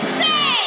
say